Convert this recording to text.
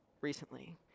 recently